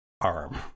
arm